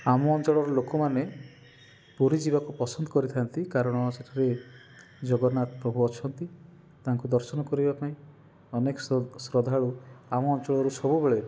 ଆମ ଅଞ୍ଚଳର ଲୋକମାନେ ପୁରୀ ଯିବାକୁ ପସନ୍ଦ କରିଥାନ୍ତି କାରଣ ସେଠାରେ ଜଗନ୍ନାଥ ପ୍ରଭୁ ଅଛନ୍ତି ତାଙ୍କୁ ଦର୍ଶନ କରିବା ପାଇଁ ଅନେକ ଶ୍ରଦ୍ଧାଳୁ ଆମ ଅଞ୍ଚଳରୁ ସବୁବେଳେ